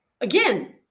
again